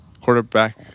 quarterback